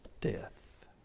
death